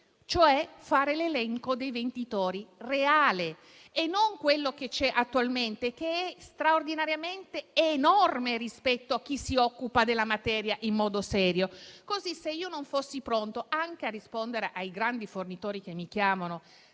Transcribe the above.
cioè fare un elenco dei venditori reale e non quello che c'è attualmente, che è straordinariamente enorme rispetto a chi si occupa della materia in modo serio. Così, se io non fossi pronto a rispondere ai grandi fornitori che mi chiamano,